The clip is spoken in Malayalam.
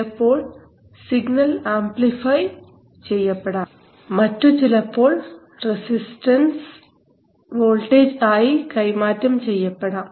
ചിലപ്പോൾ സിഗ്നൽ ആംപ്ലിഫൈ ചെയ്യപ്പെടാം മറ്റു ചിലപ്പോൾ റെസിസ്റ്റൻസ് വോൾട്ടേജ് ആയി കൈമാറ്റം ചെയ്യപ്പെടാം